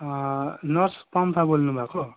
nurse Pampha बोल्नु भएको